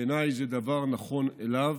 בעיניי זה הדבר הנכון לגביו.